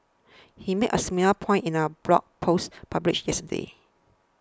he made a similar point in a blog post published yesterday